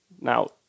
now